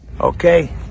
Okay